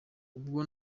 ubwo